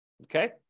Okay